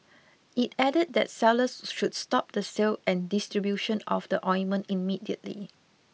it added that sellers should stop the sale and distribution of the ointment immediately